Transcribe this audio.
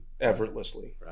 effortlessly